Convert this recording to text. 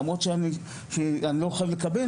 למרות שאני לא יכול לקבל